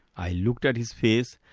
i looked at his face,